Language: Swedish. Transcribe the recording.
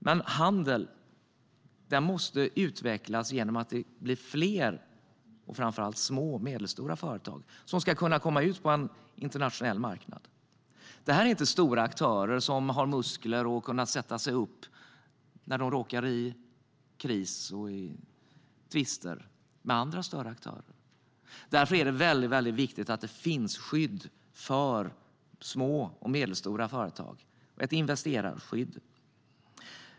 Men handel måste utvecklas genom att det blir fler framför allt små och medelstora företag som kan komma ut på en internationell marknad. De är inte stora aktörer som har muskler att sätta sig upp med när de råkar i kriser och tvister med andra, större aktörer. Därför är det väldigt viktigt att det finns skydd för små och medelstora företag - ett investerarskydd.